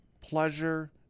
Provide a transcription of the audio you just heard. pleasure